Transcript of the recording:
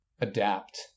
adapt